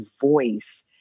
voice